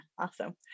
Awesome